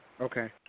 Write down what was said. Okay